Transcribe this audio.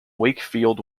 wakefield